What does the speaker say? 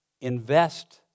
invest